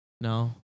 No